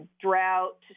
drought